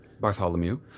Bartholomew